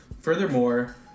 Furthermore